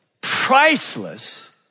priceless